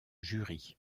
jury